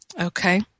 okay